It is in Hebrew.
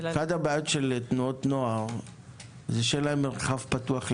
אחת הבעיות של תנועות נוער זה שאין להן מרחב פתוח לפעילות.